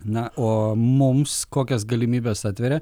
na o mums kokias galimybes atveria